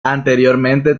anteriormente